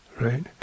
right